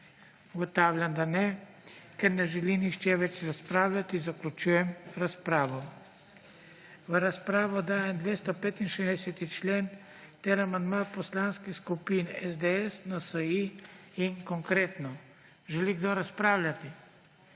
Ugotavljam, da ne. Ker ne želi nihče več razpravljati, zaključujem razpravo. V razpravo dajem 265. člen ter amandma poslanskih skupin SDS, NSi in Konkretno. Želi kdo razpravljati?